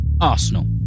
Arsenal